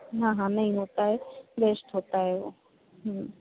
हाँ हाँ नहीं होता है वेस्ट होता है वो